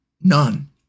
None